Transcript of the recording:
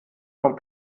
vom